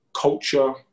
culture